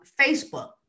Facebook